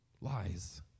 lies